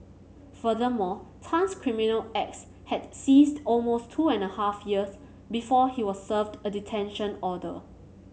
furthermore Tan's criminal acts had ceased almost two and a half years before he was served a detention order